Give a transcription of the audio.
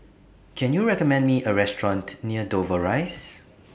Can YOU recommend Me A Restaurant near Dover Rise